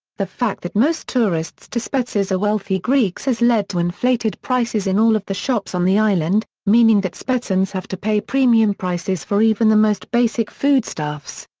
the fact that most tourists to spetses are wealthy greeks has led to inflated prices in all of the shops on the island, meaning that spetsens have to pay premium prices for even the most basic foodstuffs.